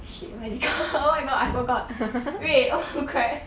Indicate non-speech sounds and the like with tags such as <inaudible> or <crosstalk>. shit what is it called <laughs> oh my god I forgot wait oh crap